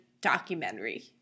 documentary